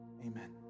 Amen